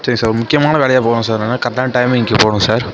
சரி சார் முக்கியமான வேலையாக போகணும் சார் நான் கரெக்டான டைமிங்குக்கு போகணும் சார்